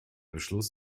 beschluss